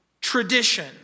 tradition